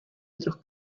otros